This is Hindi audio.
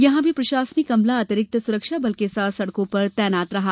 यहां भी प्रशासनिक अमला अतिरिक्त सुरक्षा बल के साथ सड़कों पर तैनात रहा